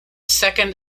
second